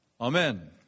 Amen